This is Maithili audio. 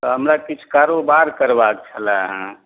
तऽ हमरा किछु कारोबार करबाक छलै हँ